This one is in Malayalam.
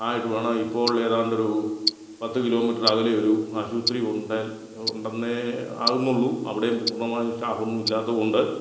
ആയിട്ട് വേണം ഇപ്പോൾ ഏതാണ്ടൊരു പത്ത് കിലോ മീറ്റർ അകലെയൊരു ആശുപത്രി ഉണ്ടേൽ ഉണ്ടെന്നേ ആകുന്നുള്ളൂ അവിടെ പൂർണ്ണമായും സ്റ്റാഫൊന്നും ഇല്ലാത്ത കൊണ്ട്